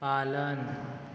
पालन